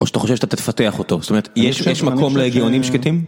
או שאתה חושב שאתה תפתח אותו. זאת אומרת, יש מקום לדיונים שקטים?